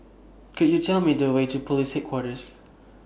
Could YOU Tell Me The Way to Police Headquarters